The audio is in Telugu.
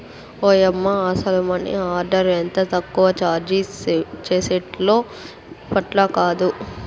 ఓయమ్మ, అసల మనీ ఆర్డర్ ఎంత తక్కువ చార్జీ చేసేటోల్లో ఇప్పట్లాకాదు